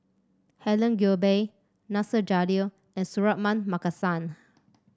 Helen Gilbey Nasir Jalil and Suratman Markasan